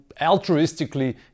altruistically